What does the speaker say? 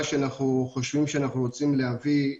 אנחנו בדיוק מגבשים את מתווה הפעולה של המוקד